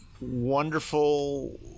wonderful